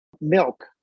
milk